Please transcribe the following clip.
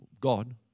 God